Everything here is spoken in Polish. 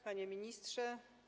Panie Ministrze!